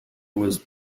was